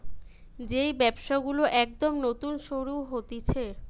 যেই ব্যবসা গুলো একদম নতুন শুরু হতিছে